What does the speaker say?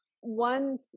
one